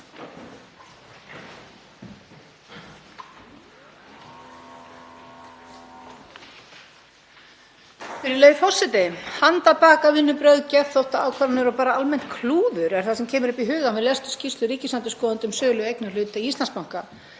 Virðulegi forseti. Handarbakavinnubrögð, geðþóttaákvarðanir og bara almennt klúður er það sem kemur upp í hugann við lestur skýrslu ríkisendurskoðanda um sölu eignarhluta í Íslandsbanka.